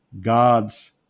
God's